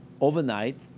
overnight